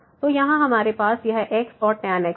तो यहाँ हमारे पास यह x और tan xहै